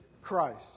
Christ